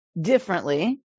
differently